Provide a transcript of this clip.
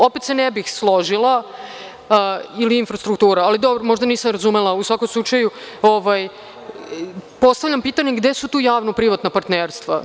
Opet se ne bih složila, ali dobro, možda nisam razumela, u svakom slučaju, postavljam pitanje gde su tu javno-privatna partnerstva.